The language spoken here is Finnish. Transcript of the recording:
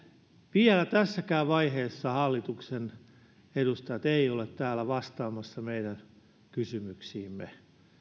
vielä tässäkään vaiheessa hallituksen edustajat eivät ole täällä vastaamassa meidän kysymyksiimme